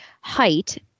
height